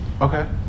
Okay